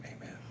amen